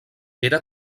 era